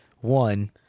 one